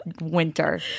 winter